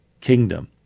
kingdom